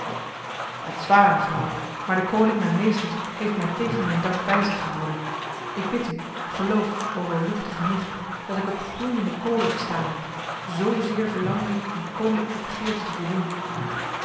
het is waar mevrouw maar de koning mijn meester heeft mij tegen mijn dank bij zich gehouden ik bid u geloof o doorluchtige nicht dat ik op gloeiende kolen gestaan heb zozeer verlangde ik uw koninklijke begeerte te voldoen